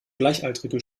gleichaltrige